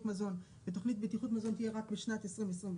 מזון ותוכנית בטיחות מזון תהייה רק בשנת 2026,